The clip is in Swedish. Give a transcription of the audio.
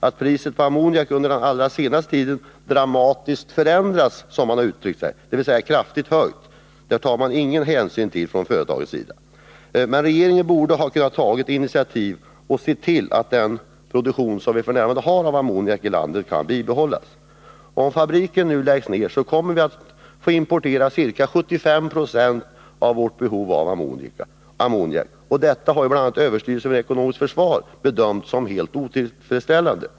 Att priset på ammoniak under den allra senaste tiden dramatiskt förändrats, som man har uttryckt det — dvs. kraftigt höjts — tar man ingen hänsyn till från företagets sida. Regeringen borde kunna ta initiativ i syfte att se till att den produktion av ammoniak som vi f. n. har i landet kan bibehållas. Om fabriken läggs ner kommer vi att bli tvungna att importera ca 75 90 av vårt behov av ammoniak. Detta har bl.a. överstyrelsen för ekonomiskt försvar bedömt som helt otillfredsställande.